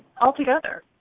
altogether